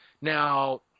now